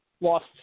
Lost